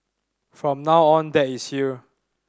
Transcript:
from now on dad is here